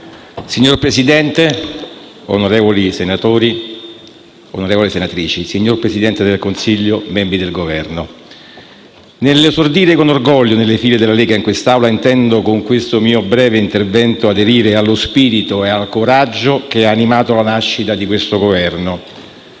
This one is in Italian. Signor Presidente, onorevoli senatrici, onorevoli senatori, signor Presidente del Consiglio, membri del Governo, nell'esordire con orgoglio nelle file della Lega in quest'Aula, intendo, con questo mio breve intervento, aderire allo spirito e al coraggio che hanno animato la nascita di questo Governo;